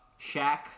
Shaq